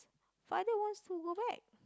father wants to go back